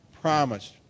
promised